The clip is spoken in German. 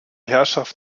herrschaft